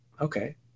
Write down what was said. okay